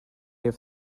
have